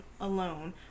alone